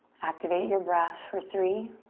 activate your breath for three.